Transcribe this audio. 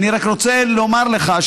אני רק רוצה לומר לך,